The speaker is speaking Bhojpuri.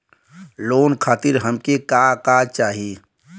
लोन खातीर हमके का का चाही?